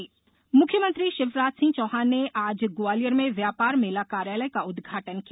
व्यापार मेला मुख्यमंत्री शिवराज सिंह चौहान ने आज ग्वालियर में व्यापार मेला कार्यालय का उद्घाटन किया